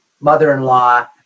mother-in-law